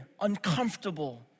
uncomfortable